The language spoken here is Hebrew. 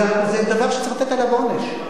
זה דבר שצריך לתת עליו עונש,